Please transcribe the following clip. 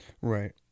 Right